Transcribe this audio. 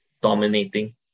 dominating